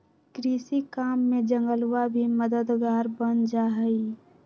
कृषि काम में जंगलवा भी मददगार बन जाहई